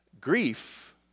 grief